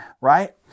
right